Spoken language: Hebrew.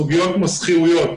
סוגיות כמו שכירויות,